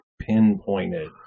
pinpointed